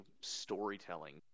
Storytelling